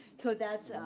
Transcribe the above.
so that's,